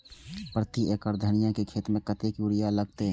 प्रति एकड़ धनिया के खेत में कतेक यूरिया लगते?